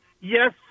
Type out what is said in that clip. yes